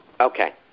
Okay